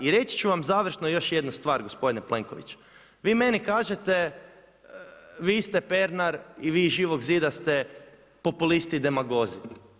I reći ću vam završno još jednu stvar gospodine Plenkoviću, vi meni kažete vi ste Pernar i vi iz Živog zida ste populisti i demagozi.